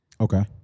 Okay